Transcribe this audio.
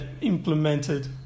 implemented